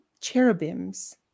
cherubims